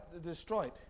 destroyed